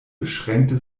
beschränkte